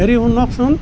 হেৰি শুনকচোন